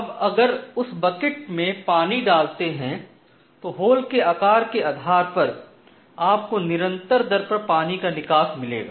अब अगर उस बकेट में पानी डालते है तो होल के आकार के आधार पर आप को निरंतर दर पर पानी का निकास मिलेगा